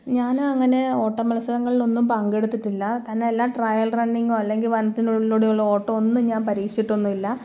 ഞാൻ അങ്ങനെ ഓട്ടം മത്സരങ്ങളിലൊന്നും പങ്കെടുത്തിട്ടില്ല തന്നെയല്ല ട്രയൽ റണ്ണിംങ്ങോ അല്ലെങ്കിൽ വനത്തിനുള്ളിലൂടെയുള്ള ഓട്ടോ ഒന്നും ഞാൻ പരീക്ഷിച്ചിട്ടൊന്നുമില്ല